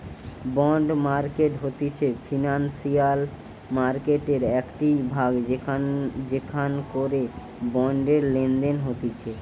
bond market হতিছে financial মার্কেটের একটিই ভাগ যেখান করে বন্ডের লেনদেন হতিছে